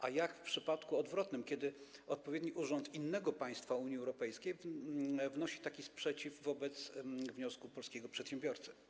A jak w przypadku odwrotnym, kiedy odpowiedni urząd innego państwa Unii Europejskiej wniesie taki sprzeciw wobec wniosku polskiego przedsiębiorcy?